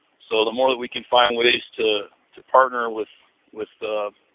so, the more that we can find ways to to partner with with